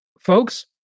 Folks